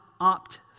opt